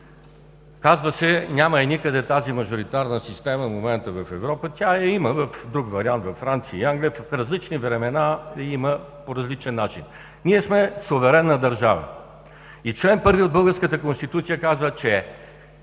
Казва се: „Няма я никъде тази мажоритарна система в момента в Европа“ – има я в друг вариант във Франция и Англия, в различни времена я има по различен начин. Ние сме суверенна държава. Член 1 от българската Конституция казва, че